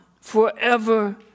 forever